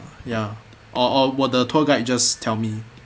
ya or or will the tour guide just tell me